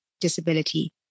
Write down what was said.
disability